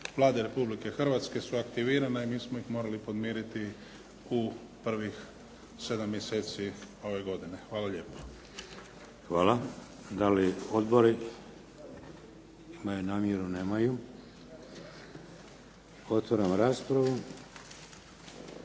Vlade Republike Hrvatske su aktivirana i mi smo ih morali podmiriti u prvih 7 mjeseci ove godine. Hvala lijepo. **Šeks, Vladimir (HDZ)** Hvala. Da li odbori imaju namjeru? Nemaju. Otvaram raspravu.